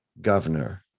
governor